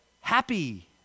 happy